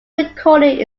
recording